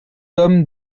homme